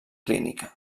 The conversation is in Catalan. clínica